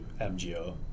MGO